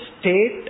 state